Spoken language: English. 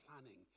planning